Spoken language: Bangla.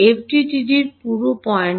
এফডিটিডি র পুরো পয়েন্ট